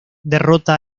derrota